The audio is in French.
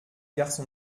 garçon